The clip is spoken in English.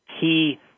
key